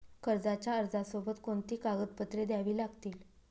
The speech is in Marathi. कर्जाच्या अर्जासोबत कोणती कागदपत्रे द्यावी लागतील?